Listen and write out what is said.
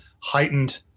heightened